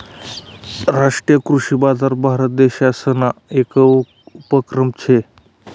राष्ट्रीय कृषी बजार भारतदेसना येक उपक्रम शे